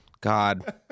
god